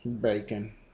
bacon